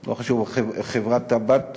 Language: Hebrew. לא חשוב, חברת-הבת לענייני,